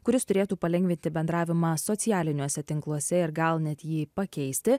kuris turėtų palengvinti bendravimą socialiniuose tinkluose ir gal net jį pakeisti